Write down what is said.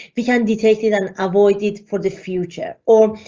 we can detect it and avoid it for the future or.